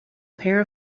pair